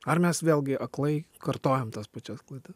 ar mes vėlgi aklai kartojam tas pačias klaidas